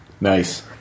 Nice